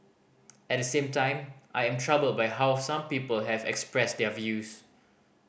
at the same time I am troubled by how some people have expressed their views